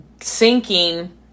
sinking